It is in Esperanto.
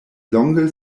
longe